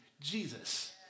Jesus